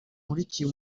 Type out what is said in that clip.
nkurikiye